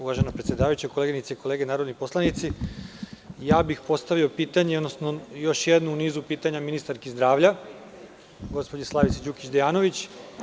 Uvažena predsedavajuća, koleginice i kolege narodni poslanici, postavio bih još jedno u nizu pitanja ministarki zdravlja gospođi Slavici Đukić Dejanović.